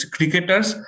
Cricketers